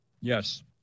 Yes